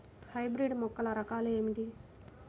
Hybrid మొక్కల రకాలు ఏమిటి?